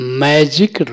magic